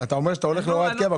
אתה אומר שאתה הולך להוראת קבע.